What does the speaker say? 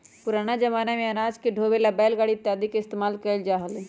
पुराना जमाना में अनाज के ढोवे ला बैलगाड़ी इत्यादि के इस्तेमाल कइल जा हलय